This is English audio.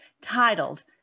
titled